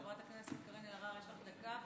חברת הכנסת קארין אלהרר, יש לך דקה.